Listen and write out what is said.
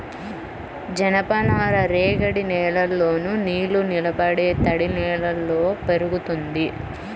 జనపనార రేగడి నేలల్లోను, నీరునిలబడే తడినేలల్లో పెరుగుతుంది